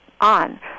on